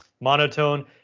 Monotone